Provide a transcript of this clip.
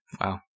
Wow